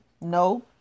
No